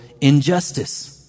injustice